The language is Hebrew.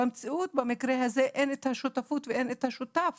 במציאות במקרה הזה אין את השותפות ואין את השותף